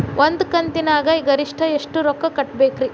ಒಂದ್ ಕಂತಿನ್ಯಾಗ ಗರಿಷ್ಠ ಎಷ್ಟ ರೊಕ್ಕ ಕಟ್ಟಬೇಕ್ರಿ?